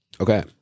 okay